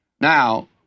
Now